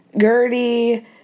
Gertie